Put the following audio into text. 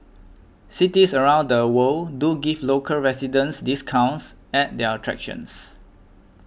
cities around the world do give local residents discounts at their attractions